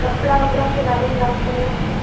कपड़ा उपड़ा के बारे में बात करना था